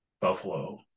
buffalo